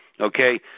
okay